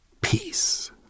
peace